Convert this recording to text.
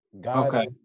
god